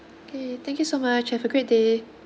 okay thank you so much have a great day